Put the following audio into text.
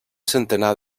centenar